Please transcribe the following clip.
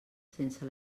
sense